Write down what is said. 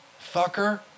fucker